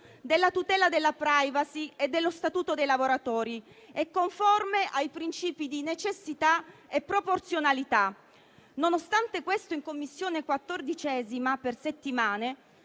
della tutela della *privacy* e dello Statuto dei lavoratori e conforme ai principi di necessità e proporzionalità. Nonostante questo, in 14a Commissione abbiamo atteso per settimane